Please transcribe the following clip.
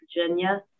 Virginia